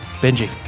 Benji